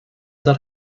that